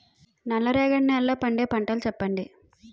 నల్ల రేగడి నెలలో పండే పంటలు చెప్పండి?